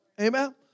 Amen